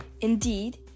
Indeed